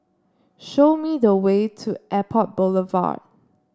show me the way to Airport Boulevard